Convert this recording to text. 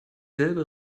selbe